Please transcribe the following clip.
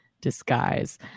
disguise